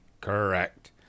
Correct